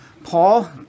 Paul